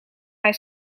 hij